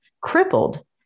crippled